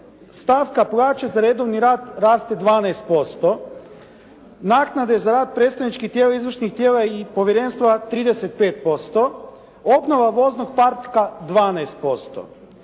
Stavka plaće za redovni rad raste 12%. Naknade za rad predstavničkih tijela, izvršnih tijela i povjerenstva 35%, obnova voznog parka 12%.